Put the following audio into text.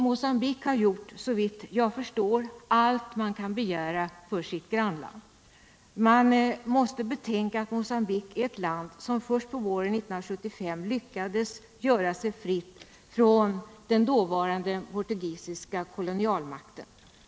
Mogambique har gjort — såvitt jag förstår — allt man kan begära för sitt grannland. Men vi måste betänka att Mogambique är ett land som först på våren 1975 lyckades frigöra sig från den dåvarande portugisiska kolonialmakten.